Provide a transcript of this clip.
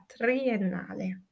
triennale